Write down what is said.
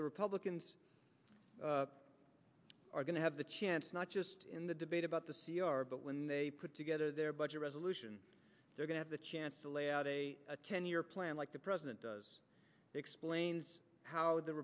the republicans are going to have the chance not just in the debate about the c r but when they put together their budget resolution they're going to have a chance to lay out a ten year plan like the president does explain how the